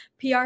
PR